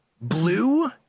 blue